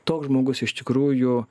toks žmogus iš tikrųjų